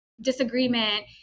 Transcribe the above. disagreement